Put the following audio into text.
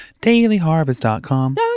dailyharvest.com